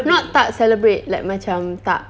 not tak celebrate like macam tak